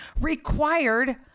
required